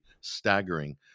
staggering